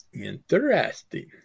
Interesting